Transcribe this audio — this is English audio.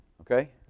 Okay